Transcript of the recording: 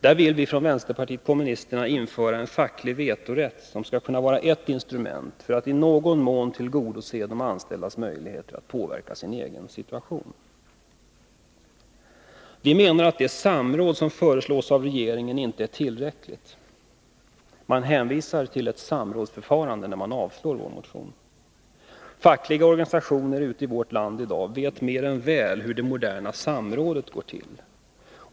Där vill vi från vänsterpartiet kommunisterna införa facklig vetorätt som ett instrument för att i någon mån tillgodose de anställdas möjligheter att påverka sin egen situation. Vi menar att det samråd som föreslås av regeringen inte är tillräckligt. Man hänvisar till Nr 52 ett samrådsförfarande när man avstyrker vår motion. Torsdagen den Fackliga organisationer ute i vårt land i dag vet mer än väl hur det moderna samrådet går till.